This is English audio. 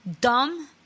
dumb